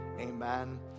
amen